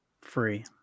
free